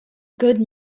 good